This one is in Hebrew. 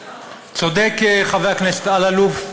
צודק חבר הכנסת אלאלוף.